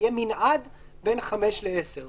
יהיה מנעד בין 5,000 ש"ח ל-10,000 ש"ח.